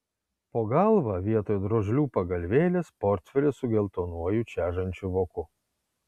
po galva vietoj drožlių pagalvėlės portfelis su geltonuoju čežančiu voku